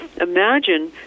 Imagine